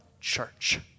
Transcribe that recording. church